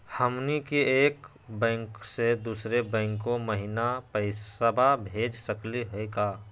हमनी के एक बैंको स दुसरो बैंको महिना पैसवा भेज सकली का हो?